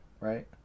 right